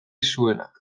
zuenak